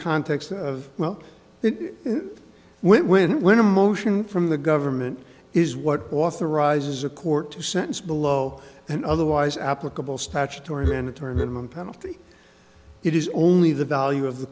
context of well when when when a motion from the government is what authorizes a court to sentence below an otherwise applicable statutory mandatory minimum penalty it is only the value of the